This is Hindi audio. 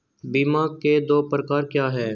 बीमा के दो प्रकार क्या हैं?